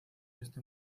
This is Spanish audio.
este